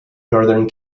northern